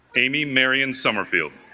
amy marian sommerfeld,